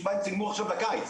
שצילמו עכשיו לקיץ,